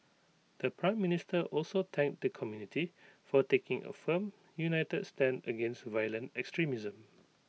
the Prime Minister also thanked the community for taking A firm united stand against violent extremism